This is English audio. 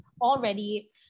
already